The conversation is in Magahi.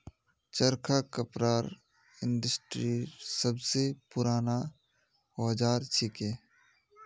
चरखा कपड़ा इंडस्ट्रीर सब स पूराना औजार छिके